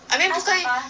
I mean 可以